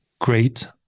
great